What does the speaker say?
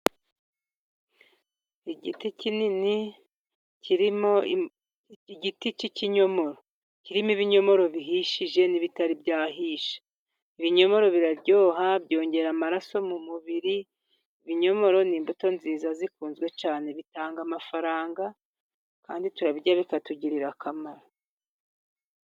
Igiti kinini, kirimo igiti cy'ikinyomoro. Kirimo ibinyomoro bihishije n'ibitari byahishe, ibinyomoro biraryoha, byongera amaraso mu mubiri, ibinyomoro ni imbuto nziza zikunzwe cyane, bitanga amafaranga kandi turabirya, bikatugirira akamaro.